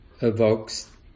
evokes